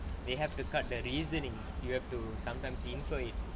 they have to cut the reasoning you have to sometimes infer it